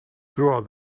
throughout